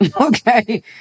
Okay